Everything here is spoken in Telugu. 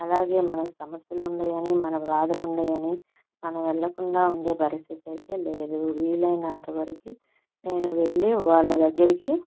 అలాగే మనకి సమస్యలున్నాయని మనకు బాధలున్నాయని మనం వెళ్ళకుండా ఉండే పరిస్థితి అయితే లేదు వీలైనంత వరకు నేను వెళ్ళి వాళ్ళ దగ్గరికి